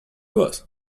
was